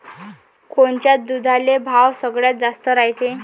कोनच्या दुधाले भाव सगळ्यात जास्त रायते?